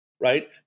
right